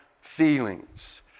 feelings